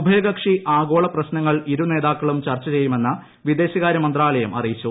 ഉഭ്യകക്ഷി ആഗോള പ്രശ്നങ്ങൾ ഇരു നേതാക്കളും ചർച്ച ചെയ്യുമെന്ന് വിദേശകാര്യ മന്ത്രാലയം അറിയിച്ചു